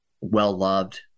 well-loved